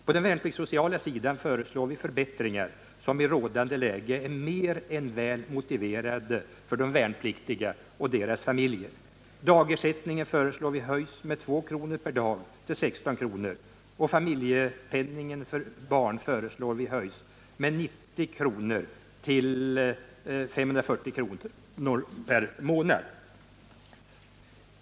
På den värnpliktssociala sidan föreslår vi förbättringar som i rådande läge är mer än väl motiverade för de värnpliktiga och deras familjer. Dagersättningen föreslår vi höjs med 2 kr. per dag till 16 kr., och familjepenningen för barn föreslår vi höjs med 90 kr. till 540 kr. per månad.